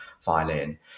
violin